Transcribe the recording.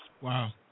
Wow